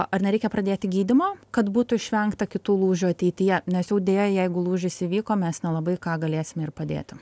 ar nereikia pradėti gydymo kad būtų išvengta kitų lūžių ateityje nes jau deja jeigu lūžis įvyko mes nelabai ką galėsime ir padėti